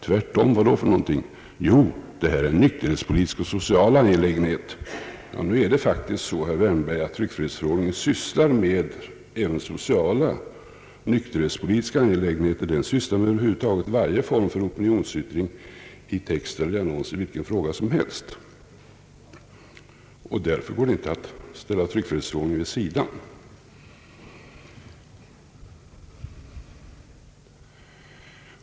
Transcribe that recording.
Tvärtom vad då för någonting? Jo, detta är en nykterhetspolitisk och social angelägenhet. Det är faktiskt så, herr Wärnberg, att tryckfrihetsförordningen även sysslar med sociala och nykterhetspolitiska angelägenheter. Den sysslar med varje slag av opinionsyttring i text och i annonser i vilken fråga som helst. Därför går det inte att ställa tryckfrihetsförordningen vid sidan.